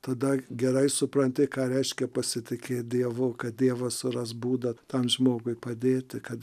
tada gerai supranti ką reiškia pasitikėt dievu kad dievas suras būdą tam žmogui padėti kad